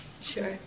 Sure